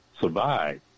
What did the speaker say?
survive